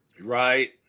Right